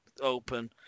open